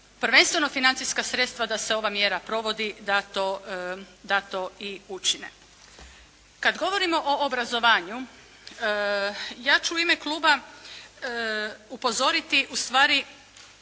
prvenstveno financijska sredstva da se ova mjera provodi da to i učine. Kad govorimo o obrazovanju, ja ću u ime kluba upozoriti ustvari